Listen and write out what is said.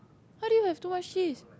how do you have too much cheese